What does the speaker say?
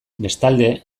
bestalde